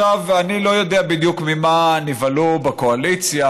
אני לא יודע ממה בדיוק נבהלו בקואליציה.